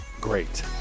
great